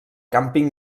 càmping